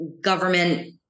government